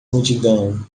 multidão